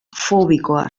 fobikoa